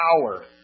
power